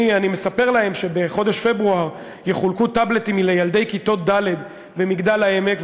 אני מספר להם שבחודש פברואר יחולקו טאבלטים לילדי כיתות ד' במגדל-העמק,